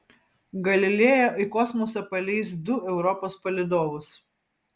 galileo į kosmosą paleis du europos palydovus